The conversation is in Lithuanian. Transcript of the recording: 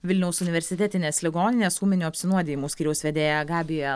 vilniaus universitetinės ligoninės ūminių apsinuodijimų skyriaus vedėja gabija